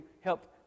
helped